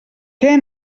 què